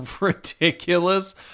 ridiculous